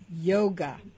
Yoga